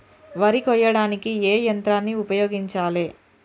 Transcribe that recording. వరి కొయ్యడానికి ఏ యంత్రాన్ని ఉపయోగించాలే?